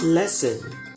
Lesson